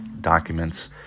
documents